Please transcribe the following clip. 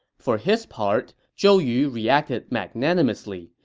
for his part, zhou yu reacted magnanimously,